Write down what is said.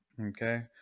Okay